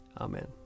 Amen